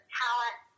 talent